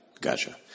Gotcha